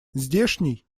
здешний